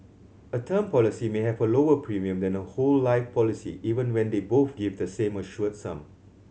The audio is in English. a term policy may have a lower premium than a whole life policy even when they both give the same assured sum